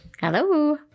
Hello